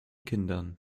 kindern